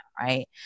right